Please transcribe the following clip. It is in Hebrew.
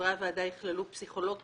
חברי הוועדה יכללו פסיכולוג,